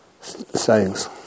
sayings